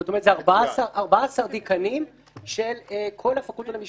זאת אומרת אלה 14 דיקנים של כל הפקולטות למשפטים.